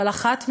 אבל אחת מהם,